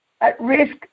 at-risk